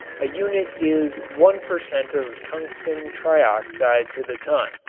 a unit is one per cent. of tungsten trioxide to the ton,